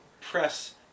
press